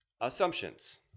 assumptions